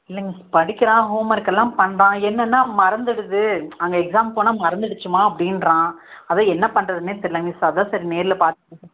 இல்லைங்க மிஸ் படிக்கிறான் homework எல்லாம் பண்ணுறான் என்னென்னா மறந்துவிடுது அங்கே எக்ஸாமுக்கு போனால் மறந்துடுச்சும்மா அப்படின்றான் அதான் என்ன பண்ணுறதுனே தெரியலங்க மிஸ் அதான் சரி நேரில் பார்த்து